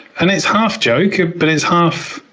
and it's half joke, but it's half,